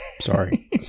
Sorry